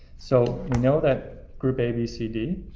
so know that group a, b, c, d.